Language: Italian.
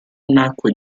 nacque